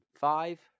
Five